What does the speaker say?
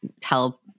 tell